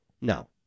no